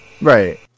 right